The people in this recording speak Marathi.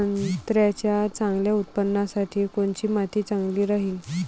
संत्र्याच्या चांगल्या उत्पन्नासाठी कोनची माती चांगली राहिनं?